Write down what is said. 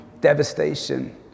devastation